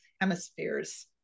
hemispheres